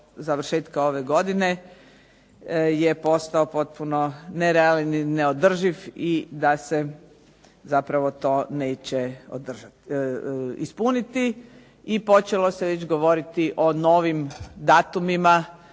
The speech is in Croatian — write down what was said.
završetka ove godine je postao potpuno nerealan i neodrživ i da se zapravo to neće ispuniti. I počelo se već govoriti o novim datumima,